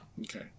Okay